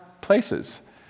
places